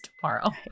tomorrow